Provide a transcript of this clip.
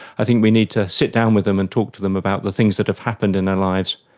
i think we need to sit down with them and talk to them about the things that have happened in their lives,